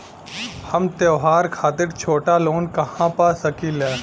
हम त्योहार खातिर छोटा लोन कहा पा सकिला?